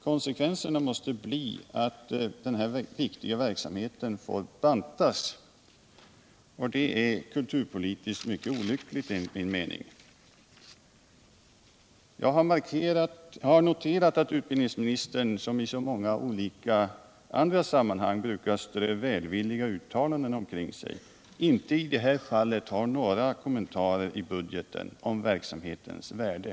Konsekvenserna måste bli att denna viktiga verksamhet får bantas, och det är enligt min mening kulturpolitiskt mycket olyckligt. Jag har noterat att utbildningsministern, som i så många andra sammanhang brukar strö välvilliga uttalanden omkring sig, i det här fallet inte har några kommentarer i budgeten om verksamhetens värde.